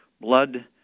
blood